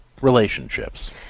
Relationships